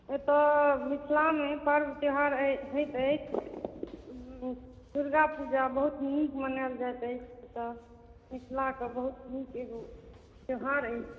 अतय मिथिलामे जे पर्व त्योहार होयत अछि दुर्गापूजा बहुत नीक मनायल जायत अछि मिथिला के बहुत नीक त्यौहार अछि